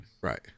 Right